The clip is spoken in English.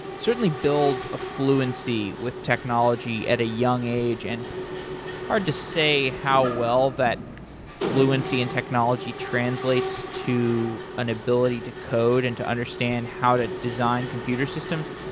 certainly builds a fluency with technology at a young age. and it's hard to say how well that fluency and technology translates to an ability to code and to understand how to design computer systems.